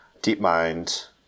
DeepMind